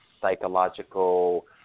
psychological